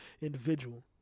individual